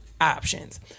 options